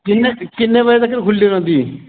किन्ने किन्ने बजे तक्कर खुल्ली रौंह्दी